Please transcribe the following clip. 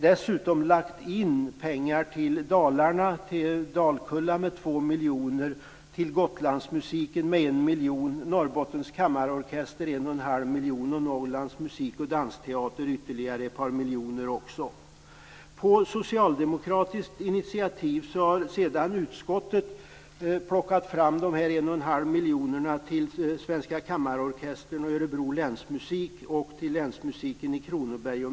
Dessutom har regeringen föreslagit vissa bidragsförstärkningar - 2 miljoner kronor till Musik i Dalarna, 1 På socialdemokratiskt initiativ har utskottet sedan plockat fram 1,5 miljoner kronor till Svenska kammarorkestern, Örebro länsmusik och Länsmusiken i Kronoberg.